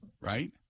right